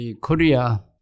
Korea